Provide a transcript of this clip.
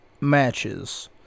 matches